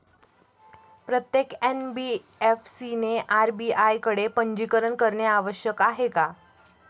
प्रत्येक एन.बी.एफ.सी ने आर.बी.आय कडे पंजीकरण करणे आवश्यक आहे का?